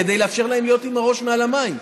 כדי לאפשר להם להיות עם הראש מעל המים.